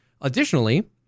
Additionally